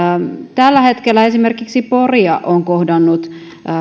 tällä hetkellä esimerkiksi poria on kohdannut